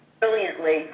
brilliantly